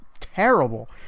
terrible